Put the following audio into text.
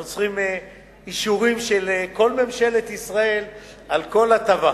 אנחנו צריכים אישורים של כל ממשלת ישראל על כל הטבה.